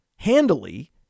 handily